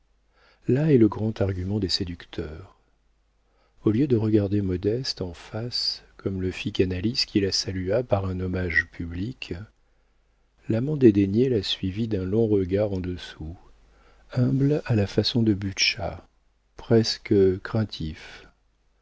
là est le grand argument des séducteurs au lieu de regarder modeste en face comme le fit canalis qui la salua par un hommage public l'amant dédaigné la suivit d'un long regard en dessous humble à la façon de butscha presque craintif